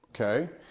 Okay